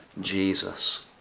Jesus